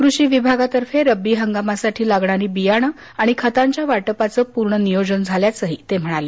कृषी विभागातर्फे रव्बी हंगामासाठी लागणारी बियाणे आणि खतांच्या वाटपाचं प्रर्ण नियोजन झाल्याचंही ते म्हणाले